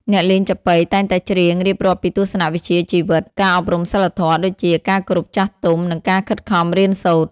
អ្នកលេងចាប៉ីតែងតែច្រៀងរៀបរាប់ពីទស្សនៈវិជ្ជាជីវិត ការអប់រំសីលធម៌ ដូចជា ការគោរពចាស់ទុំ និងការខិតខំរៀនសូត្រ។